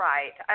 Right